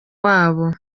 wabo